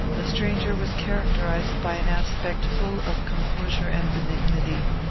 the stranger was characterized by an aspect full of composure and benignity,